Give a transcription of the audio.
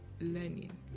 learning